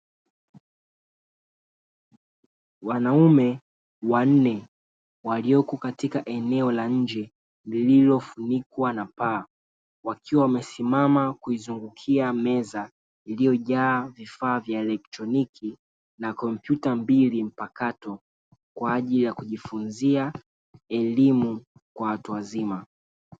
Wanaume wanne walioko katika eneo la nje lililofunikwa na paa, wakiwa wamesimama kuizungukia meza iliyojaa vifaa vya electroniki, na kompyuta mbili mpakato kwa ajili ya kujifunzia elimu kwa watu wazima.